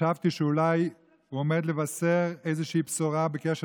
חשבתי שאולי הוא עומד לבשר איזושהי בשורה בקשר